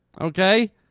okay